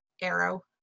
arrow